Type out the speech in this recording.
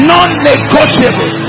Non-negotiable